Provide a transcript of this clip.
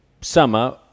summer